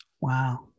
Wow